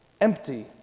empty